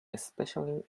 especially